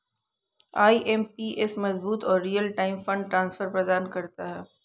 IMPS मजबूत और real time fund transfer प्रदान करता है